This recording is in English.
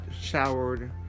showered